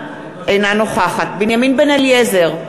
אינה נוכחת בנימין בן-אליעזר,